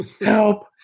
help